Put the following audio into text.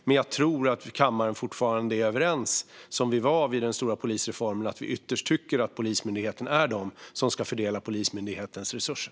Men jag tror att vi i kammaren fortfarande är överens, som vi var vid den stora polisreformen, om att det ytterst är Polismyndigheten som ska fördela Polismyndighetens resurser.